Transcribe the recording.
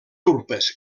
urpes